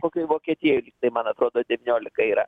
kokioj vokietijoj lygtai man atrodo devyniolika yra